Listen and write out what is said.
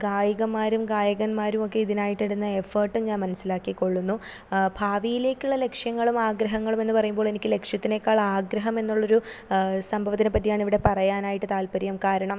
ഗായികമാരും ഗായകന്മാരും ഒക്കെ ഇതിനായിട്ട് ഇടുന്ന എഫേർട്ടും ഞാൻ മനസ്സിലാക്കിക്കൊള്ളുന്നു ഭാവിയിലേക്കുള്ള ലക്ഷ്യങ്ങളും ആഗ്രഹങ്ങളും എന്നു പറയുമ്പോൾ എനിക്ക് ലക്ഷ്യത്തിനേക്കാൾ ആഗ്രഹം എന്നുള്ളൊരു സംഭവത്തിനെ പറ്റിയാണിവിടെ പറയാനായിട്ട് താൽപര്യം കാരണം